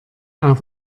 auf